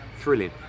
Thrilling